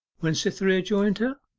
when cytherea joined her.